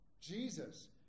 Jesus